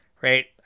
right